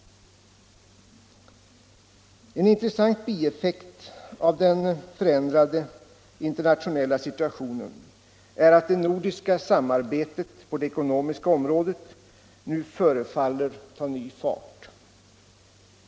En intressant bieffekt av den förändrade internationella situationen är att det nordiska samarbetet på det ekonomiska området förefaller att ta ny fart.